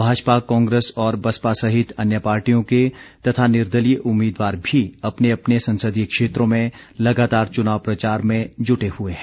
भाजपा कांग्रेस और बसपा सहित अन्य पार्टियों के तथा निर्दलीय उम्मीदवार भी अपने अपने संसदीय क्षेत्रों में लगातार चुनाव प्रचार में जुटे हुए हैं